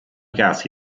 casi